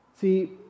See